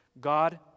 God